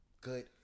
good